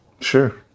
Sure